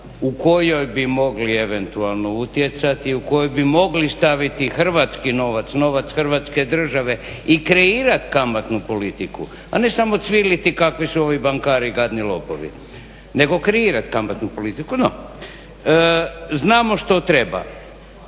u kojoj bi mogli eventualno utjecati, u kojoj bi mogli staviti hrvatski novac, novac hrvatske države i kreirati kamatnu politiku a ne samo cviliti kakvi su ovi bankari gadni lopovi nego kreirati kamatnu politiku. No znamo što treba.